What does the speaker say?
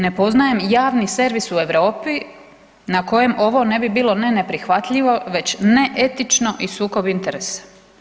Ne poznajem javni servis u Europi na kojem ovo ne bi bilo ne neprihvatljivo već ne etično i sukob interesa.